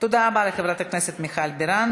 תודה רבה לחברת הכנסת מיכל בירן.